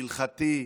הלכתי,